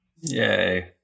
Yay